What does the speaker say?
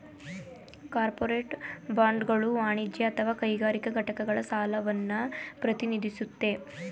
corporate ಬಾಂಡ್ಗಳು ವಾಣಿಜ್ಯ ಅಥವಾ ಕೈಗಾರಿಕಾ ಘಟಕಗಳ ಸಾಲವನ್ನ ಪ್ರತಿನಿಧಿಸುತ್ತೆ